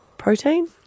Protein